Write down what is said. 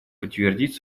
подтвердить